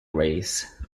rays